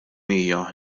hija